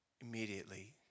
immediately